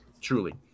Truly